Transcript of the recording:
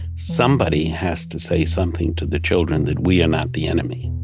somebody has to say something to the children that we are not the enemy.